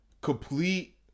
complete